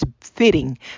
fitting